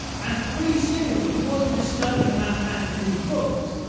and pretty soon he wasn't just studying the mathematics in these books,